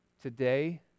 Today